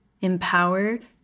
empowered